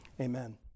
Amen